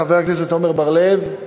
חבר הכנסת עמר בר-לב,